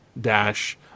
Dash